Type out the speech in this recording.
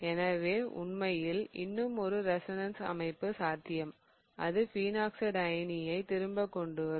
எனவே உண்மையில் இன்னும் ஒரு ரெசோனன்ஸ் அமைப்பு சாத்தியம் அது பினாக்ஸைடு அயனியைத் திரும்பக் கொண்டு வரும்